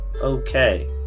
okay